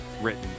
written